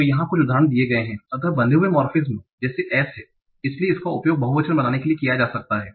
तो यहाँ कुछ उदाहरण दिए गए हैं अतः बंधे हुए मॉर्फेम जैसे s हैं इसलिए इसका उपयोग बहुवचन बनाने के लिए किया जा सकता है